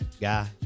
guy